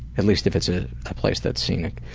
at least if it's a place that's scenic.